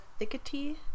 Thickety